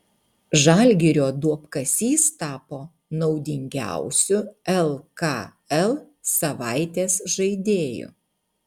žalgirio duobkasys tapo naudingiausiu lkl savaitės žaidėju